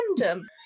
random